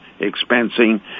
expensing